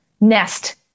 Nest